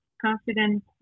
confident